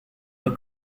her